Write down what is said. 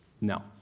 No